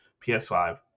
PS5